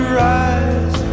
rise